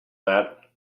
that